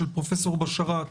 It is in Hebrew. של פרופ' בשאראת,